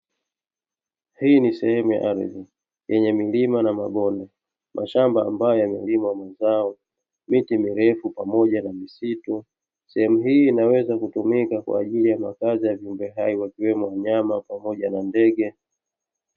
Hii ni sehemu ya ardhi yenye milima na mabonde, mashamba ambayo yanalima mazao miti mirefu pamoja na misitu, sehemu hii inaweza kutumika kwajili ya makazi ya viumbe hai wakiwemo wanyama pamoja na ndege.